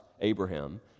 Abraham